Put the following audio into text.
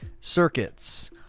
Circuits